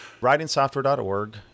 writingsoftware.org